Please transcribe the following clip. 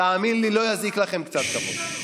תאמין לי, לא יזיק לכם קצת כבוד.